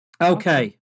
Okay